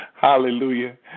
Hallelujah